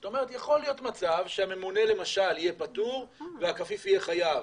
זאת אומרת יכול להיות מצב שהממונה למשל יהיה פטור והכפיף יהיה חייב,